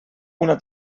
una